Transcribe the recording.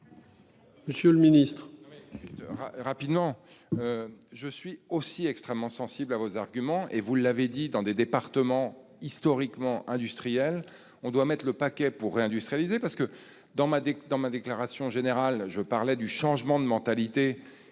Monsieur le ministre,